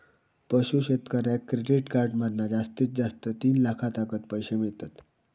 पशू शेतकऱ्याक credit card मधना जास्तीत जास्त तीन लाखातागत पैशे मिळतत